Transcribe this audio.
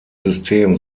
system